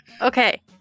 Okay